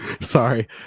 Sorry